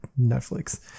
Netflix